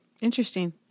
Interesting